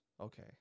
Okay